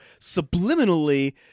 subliminally